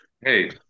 Hey